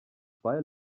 zwei